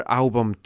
album